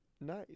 Nice